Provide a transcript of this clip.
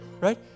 right